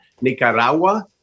Nicaragua